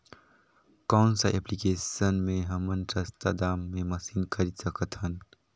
कौन सा एप्लिकेशन मे हमन सस्ता दाम मे मशीन खरीद सकत हन?